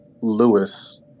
Lewis